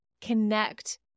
connect